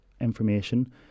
information